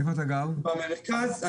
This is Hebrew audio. אני גר במרכז.